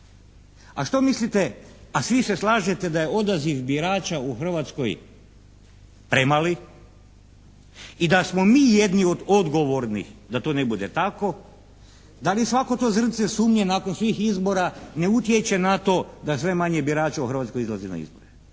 A što mislite, a svi se slažete da je odaziv birača u Hrvatskoj premali i da smo mi jedni od odgovornih da to ne bude tako, da li svako to zrnce sumnje nakon svih izbora ne utječe na to da sve manje birača u Hrvatskoj izlazi na izbore